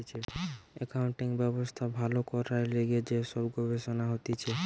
accounting ব্যবস্থা ভালো করবার লিগে যে সব গবেষণা হতিছে